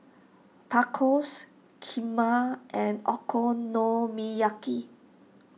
Tacos Kheema and Okonomiyaki